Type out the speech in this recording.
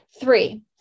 Three